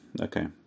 Okay